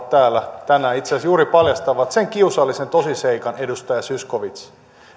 täällä tänään itse asiassa juuri paljastavat sen kiusallisen tosiseikan edustaja zyskowicz